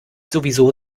sowieso